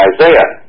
Isaiah